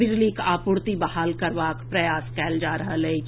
बिजलीक आपूर्ति बहाल करबाक प्रयास कएल जा रहल अछि